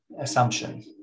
assumption